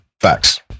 Facts